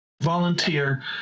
Volunteer